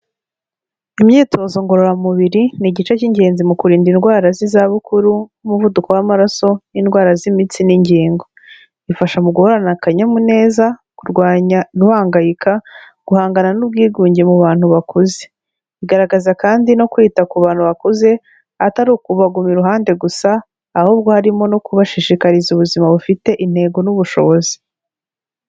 Imyitozo ngororamubiri ni igice cy'ingenzi mu kurinda indwara z'izabukuru, nk'umuvuduko w'amaraso n'indwara z'imitsi n'ingingo, bifasha mu guhorana akanyamuneza, kurwanya guhangayika, guhangana n'ubwigunge mu bantu bakuze, bigaragaza kandi no kwita ku bantu bakuze atari ukubagura iruhande gusa, ahubwo harimo no kubashishikariza ubuzima bufite intego n'ubushobozi.